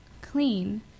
clean